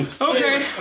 Okay